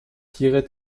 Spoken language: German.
tiere